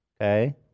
okay